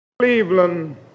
Cleveland